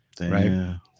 Right